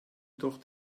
doch